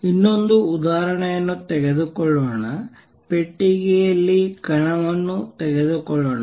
ಇನ್ನೊಂದು ಉದಾಹರಣೆಯನ್ನು ತೆಗೆದುಕೊಳ್ಳೋಣ ಪೆಟ್ಟಿಗೆಯಲ್ಲಿ ಕಣವನ್ನು ತೆಗೆದುಕೊಳ್ಳೋಣ